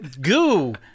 goo